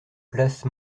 place